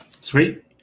Sweet